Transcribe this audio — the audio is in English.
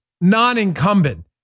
non-incumbent